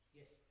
yes